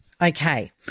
Okay